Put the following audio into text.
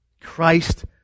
Christ